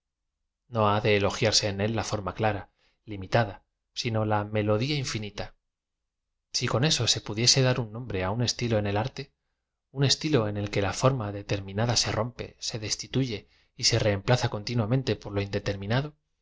o ha de elo giarse en él la form a clara limitada sino la m elodía infinita si con eso se pudiese dar un nombre á un estilo en el arte un estilo en que la form a determina da se rompe se destituye y se reem plaza continua mente por lo indeterminada